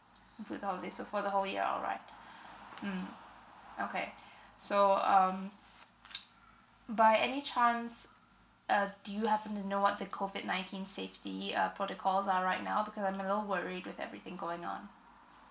include the holidays so for the whole year lah alright mm okay so um by any chance uh do you happen to know what the COVID nineteen safety uh protocols are right now becau~ I'm a little worried with everything going on